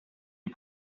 est